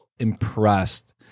impressed